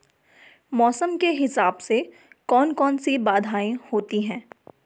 मौसम के हिसाब से कौन कौन सी बाधाएं होती हैं?